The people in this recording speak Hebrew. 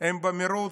הם במרוץ.